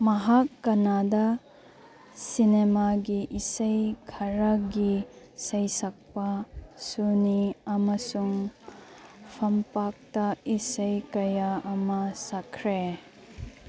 ꯃꯍꯥꯛ ꯀꯥꯅꯥꯗꯥ ꯁꯤꯅꯦꯃꯥꯒꯤ ꯏꯁꯩ ꯈꯔꯒꯤ ꯁꯩꯁꯛꯄ ꯁꯨꯅꯤ ꯑꯃꯁꯨꯡ ꯐꯝꯄꯥꯛꯇ ꯏꯁꯩ ꯀꯌꯥ ꯑꯃ ꯁꯛꯈ꯭ꯔꯦ